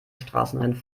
straßenrennen